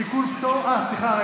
סליחה,